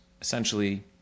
essentially